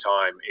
time